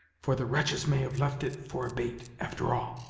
for the wretches may have left it for a bait, after all.